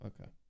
Okay